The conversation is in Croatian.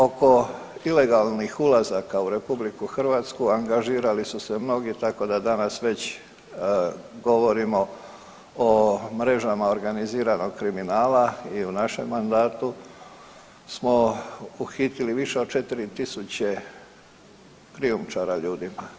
Oko ilegalnih ulazaka u RH angažirali su se mnogi tako da danas već govorimo o mrežama organiziranog kriminala i u našem mandatu smo uhitili više od 4000 krijumčara ljudima.